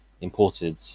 imported